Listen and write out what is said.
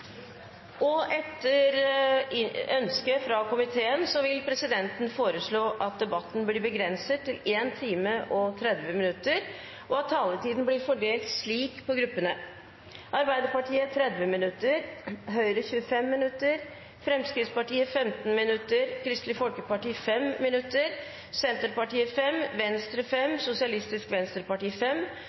forsvarskomiteen. Etter ønske fra arbeids- og sosialkomiteen vil presidenten foreslå at debatten blir begrenset til 1 time og 30 minutter, og at taletiden blir fordelt slik på gruppene: Arbeiderpartiet 30 minutter, Høyre 25 minutter, Fremskrittspartiet 15 minutter, Kristelig Folkeparti 5 minutter, Senterpartiet 5 minutter, Sosialistisk Venstreparti